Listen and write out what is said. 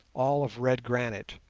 all of red granite.